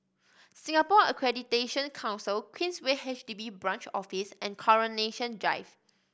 Singapore Accreditation Council Queensway H D B Branch Office and Coronation Drive